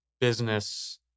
business